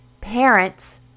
parents